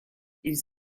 ils